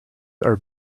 are